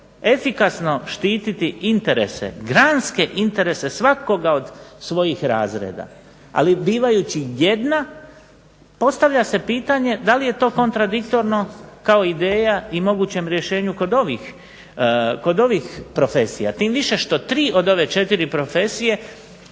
efikasno štititi interese, granske interese svakoga od svojih razreda, ali bivajući jedna postavlja se pitanje da li je to kontradiktorno kao ideja i mogućem rješenju kod ovih profesija. Tim više što tri od ove četiri profesije